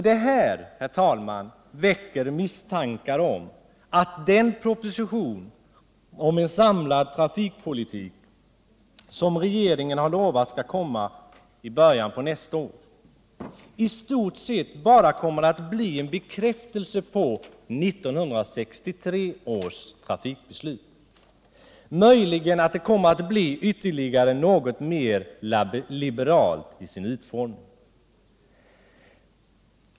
Detta väcker misstankar om att den proposition om en samlad trafikpolitik som regeringen har lovat skall komma i början på nästa år, i stort sett bara kommer att bli en bekräftelse av 1963 års trafikbeslut. Möjligen kommer det att bli ytterligare något mer liberalt i sin utformning.